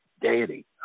deity